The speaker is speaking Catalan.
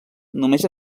només